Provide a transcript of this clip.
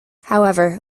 however